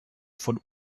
von